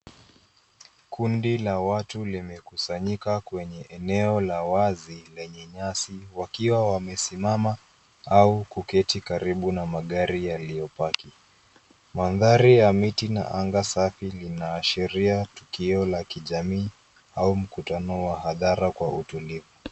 Kundi la watu limekusanyika kwenye eneo la wazi lenye nyasi, wakiwa wamesimama au kuketi karibu na magari yaliyopaki. Mandhari ya miti na anga safi linaashiria tukio la kijamii au mkutano wa hadhara kwa utulivu.